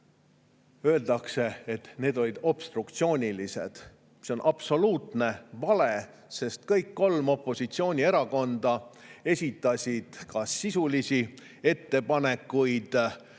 Öeldi, et need on obstruktsioonilised. See on absoluutne vale, sest kõik kolm opositsioonierakonda esitasid ka sisulisi ettepanekuid.